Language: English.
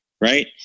right